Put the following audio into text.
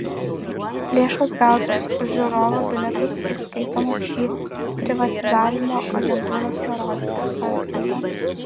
lėšos gautos už žiūrovo bilietus įskaitomos į privatizavimo agentūros nurodytą sąskaitą